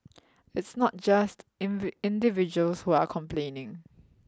it's not just individuals who are complaining